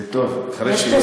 זה טוב.